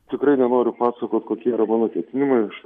tikrai nenoriu pasakot kokie yra mano ketinimai aš